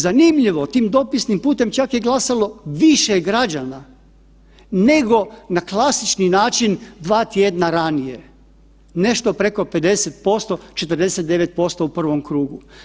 Zanimljivo, tim dopisnim putem čak je glasalo više građana nego na klasični način dva tjedna ranije, nešto preko 50%, 49% u prvom krugu.